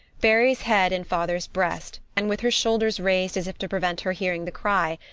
buries head in father s breast, and with her shoulders raised as if to prevent her hearing the cry,